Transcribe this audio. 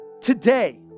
today